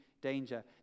danger